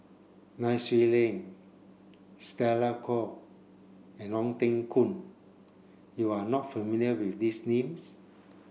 Nai Swee Leng Stella Kon and Ong Teng Koon you are not familiar with these names